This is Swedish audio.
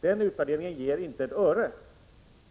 Den utvärderingen ger inte ett öre.